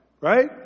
right